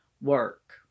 work